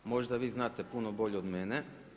Možda vi znate puno bolje od mene.